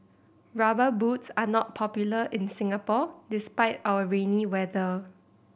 Rubber Boots are not popular in Singapore despite our rainy weather